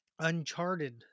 Uncharted